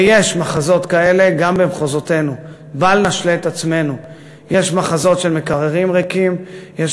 ויש מחזות כאלה גם במחוזותינו, בל נשלה את עצמנו.